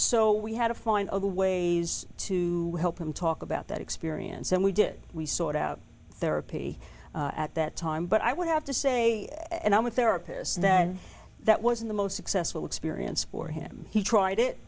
so we had to find other ways to help him talk about that experience and we did we sort out therapy at that time but i would have to say and i went there appears that that wasn't the most successful experience for him he tried it